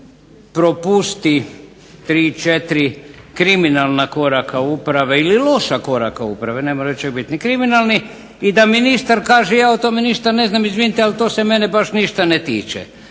tri, četiri kriminalna korake uprave ili loša koraka uprave, ne mora čak biti ni kriminalnih, i da ministar kaže ja o tome ništa ne znam, izvinite ali to se mene baš ništa ne tiče.